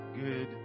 good